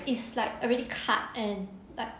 it's like already cut and like